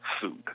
food